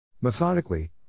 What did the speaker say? Methodically